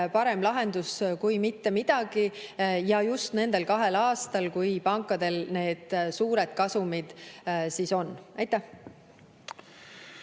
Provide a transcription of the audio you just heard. parem lahendus kui mitte midagi, ja just nendel kahel aastal, kui pankadel need suured kasumid on.